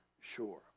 sure